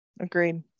agreed